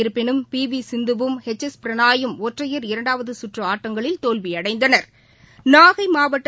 இருப்பினும் பிவிசிந்துவும் H S பிரணாயும் ஒற்றையர் இரண்டாவதுசுற்றுஆட்டங்களில் தோல்வியடைந்தனா்